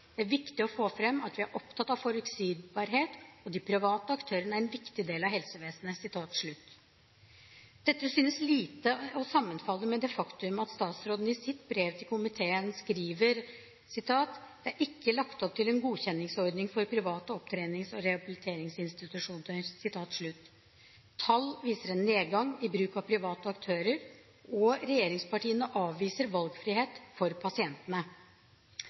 Det er viktig å få fram at vi er opptatt av forutsigbarhet og de private aktørene er en viktig del av helsevesenet.» Dette synes å sammenfalle lite med det faktum at statsråden i sitt brev til komiteen skriver: «Det er ikke lagt opp til en godkjenningsordning for private opptrenings- og rehabiliteringsinstitusjoner.» Tall viser en nedgang i bruk av private aktører, og regjeringspartiene avviser valgfrihet for pasientene.